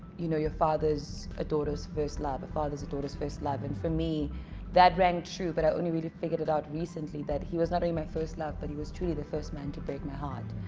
you know your father's a daughter's first love the fathers daughters first love and for me that rang true but i only really figured it out recently that he was not only my first love but he was truly the first man to break my heart